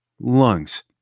lungs